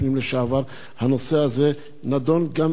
הנושא הזה נדון גם אצלי בוועדה,